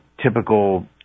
typical